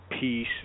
peace